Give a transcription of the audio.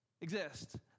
exist